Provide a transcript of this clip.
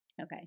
Okay